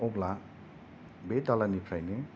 अब्ला बे दालायनिफ्रायनो